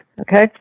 okay